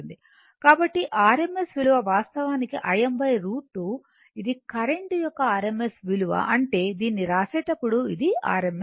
కాబట్టి rms విలువ వాస్తవానికి Im √ 2 ఇది కరెంట్ యొక్క rms విలువ అంటే దీన్ని వ్రాసేటప్పుడు ఇది rms విలువ